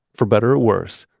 for better or worse,